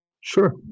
Sure